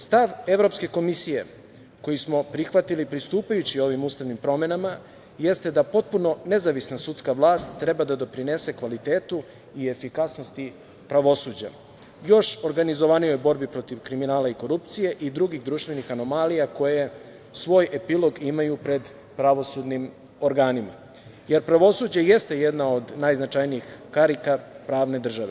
Stav Evropske komisije, koji smo prihvatili pristupajući ovim ustavnim promenama, jeste da potpuno nezavisna sudska vlast treba da doprinese kvalitetu i efikasnosti pravosuđa, još organizovanijoj borbi protiv kriminala i korupcije i drugih društvenih anomalija koje svoj epilog imaju pred pravosudnim organima, jer pravosuđe jeste jedna od najznačajnijih karika pravne države.